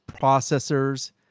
processors